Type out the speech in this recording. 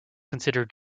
consider